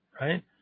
Right